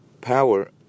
power